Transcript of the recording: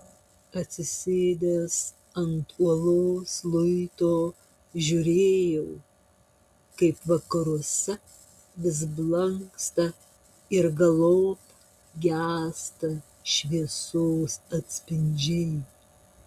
atsisėdęs ant uolos luito žiūrėjo kaip vakaruose vis blanksta ir galop gęsta šviesos atspindžiai